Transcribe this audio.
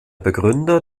begründer